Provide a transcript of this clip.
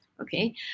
Okay